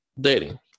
dating